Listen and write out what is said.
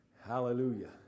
Hallelujah